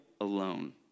alone